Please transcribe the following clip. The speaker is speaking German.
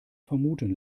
vermuten